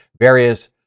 various